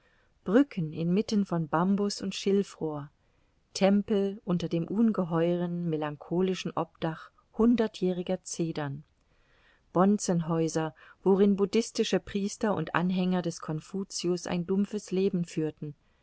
brücken inmitten von bambus und schilfrohr tempel unter dem ungeheuren melancholischen obdach hundertjähriger cedern bonzenhäuser worin buddhistische priester und anhänger des confucius ein dumpfes leben führten